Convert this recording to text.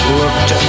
looked